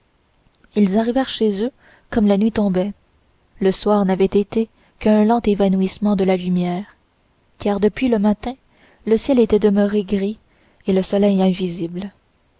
ils arrivèrent chez eux comme la nuit tombait le soir n'avait été qu'un lent évanouissement de la lumière car depuis le matin le ciel était demeuré gris et le soleil invisible